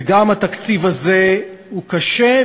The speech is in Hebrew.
וגם התקציב הזה הוא קשה,